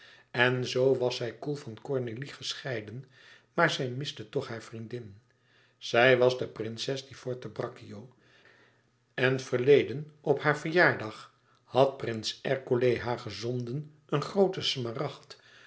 en zoo was zij koel van cornélie gescheiden maar zij miste toch hare vriendin zij was de prinses di forte braccio en verleden op haar verjaardag had prins ercole haar gezonden een groote smaragd